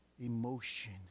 emotion